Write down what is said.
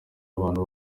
abantu